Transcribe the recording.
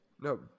No